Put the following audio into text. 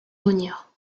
douanières